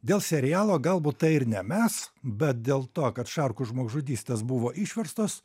dėl serialo galbūt tai ir ne mes bet dėl to kad šarkų žmogžudystės buvo išverstos